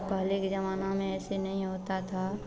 पहले के ज़माना में ऐसे नहीं होता था